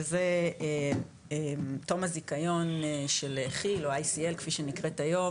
וזה תום הזיכיון של כיל או ICL כפי שהיא נקראת היום